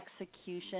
execution